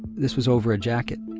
this was over a jacket.